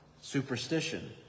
superstition